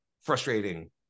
frustrating